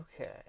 okay